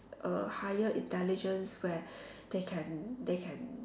a higher intelligence where they can they can